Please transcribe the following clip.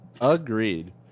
Agreed